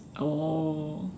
oh